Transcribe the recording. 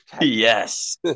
Yes